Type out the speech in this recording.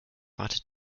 wartet